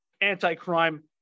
anti-crime